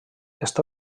està